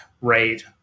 right